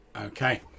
Okay